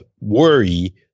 worry